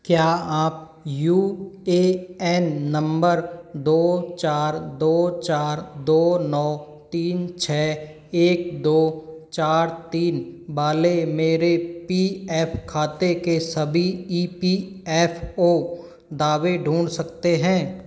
क्या आप U A N number दो चार दो चार दो नौ तीन छह एक दो चार तीन वाले मेरे पी एफ़ खाते के सभी ई पी एफ़ ओ दावे ढूँढ सकते हैं